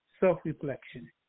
self-reflection